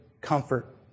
comfort